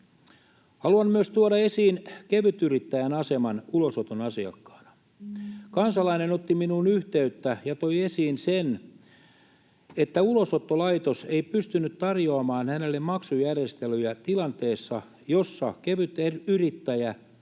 Haluan myös tuoda esiin kevytyrittäjän aseman ulosoton asiakkaana. Kansalainen otti minuun yhteyttä ja toi esiin sen, että Ulosottolaitos ei pystynyt tarjoamaan hänelle maksujärjestelyjä tilanteessa, jossa kevytyrittäjä